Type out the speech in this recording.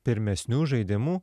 pirmesnių žaidimų